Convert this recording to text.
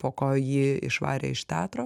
po ko jį išvarė iš teatro